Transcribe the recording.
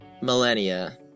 Millennia